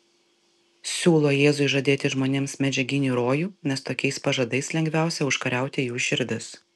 siūlo jėzui žadėti žmonėms medžiaginį rojų nes tokiais pažadais lengviausia užkariauti jų širdis